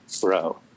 bro